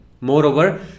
Moreover